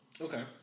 Okay